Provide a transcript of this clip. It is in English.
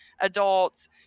adults